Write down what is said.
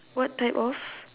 what type of